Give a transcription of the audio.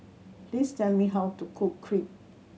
please tell me how to cook Crepe